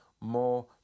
more